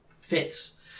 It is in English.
Fits